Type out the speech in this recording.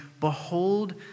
Behold